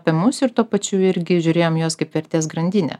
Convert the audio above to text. apie mus ir tuo pačiu irgi žiūrėjom į juos kaip vertės grandinę